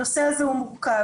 הנושא הזה הוא מורכב.